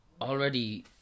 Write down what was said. already